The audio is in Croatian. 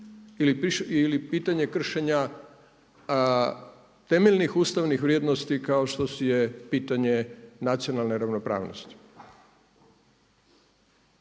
ili pitanje kršenja temeljnih ustavnih vrijednosti kao što je pitanje nacionalne ravnopravnosti.